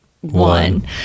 one